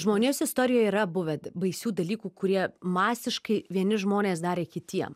žmonijos istorijoje yra buvę baisių dalykų kurie masiškai vieni žmonės darė kitiem